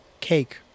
Cake